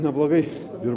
neblogai ir